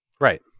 right